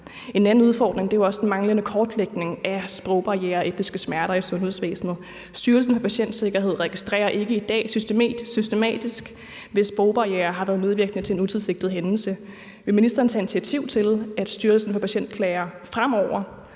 En anden udfordring er jo også den manglende kortlægning af sprogbarrierer og etniske smerter i sundhedsvæsenet. Styrelsen for Patientsikkerhed registrerer i dag ikke systematisk, hvis sprogbarrierer har været medvirkende til en utilsigtet hændelse. Vil ministeren tage initiativ til, at Styrelsen for Patientsikkerhed fremover